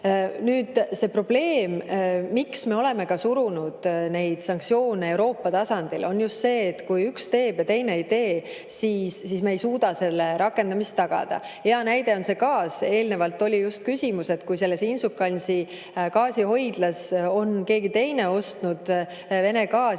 gaas.[Põhjus], miks me oleme surunud neid sanktsioone Euroopa tasandil, on just see, et kui üks teeb ja teine ei tee, siis me ei suuda nende rakendamist tagada. Hea näide on gaas. Eelnevalt oli just küsimus, et kui selles Inčukalnsi gaasihoidlas on keegi teine ostnud Vene gaasi,